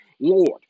Lord